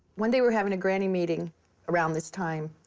one day we're having a granny meeting around this time,